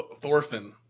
Thorfinn